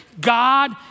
God